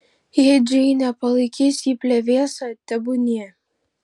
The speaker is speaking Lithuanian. jei džeinė palaikys jį plevėsa tebūnie